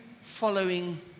following